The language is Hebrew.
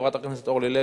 חברת הכנסת אורלי לוי,